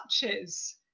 touches